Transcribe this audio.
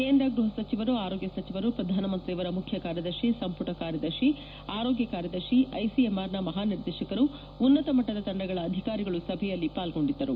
ಕೇಂದ್ರ ಗೃಹಸಚಿವರು ಆರೋಗ್ಯ ಸಚಿವರು ಪ್ರಧಾನಮಂತ್ರಿಯವರ ಮುಖ್ಯ ಕಾರ್ಯದರ್ಶಿ ಸಂಪುಟ ಕಾರ್ಯದರ್ಶಿ ಆರೋಗ್ಯ ಕಾರ್ಯದರ್ಶಿ ಐಸಿಎಂಆರ್ನ ಮಹಾನಿರ್ದೇಶಕರು ಉನ್ನತಮಟ್ಟದ ತಂಡಗಳ ಅಧಿಕಾರಿಗಳು ಸಭೆಯಲ್ಲಿ ಪಾಲ್ಗೊಂಡಿದ್ದರು